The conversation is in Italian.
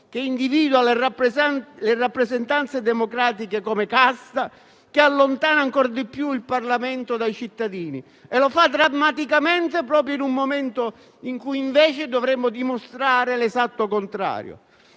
che individuano le rappresentanze democratiche come casta e che allontanano ancor di più il Parlamento dai cittadini, e lo fa drammaticamente, proprio in un momento in cui, invece, dovremmo dimostrare l'esatto contrario.